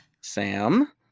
Sam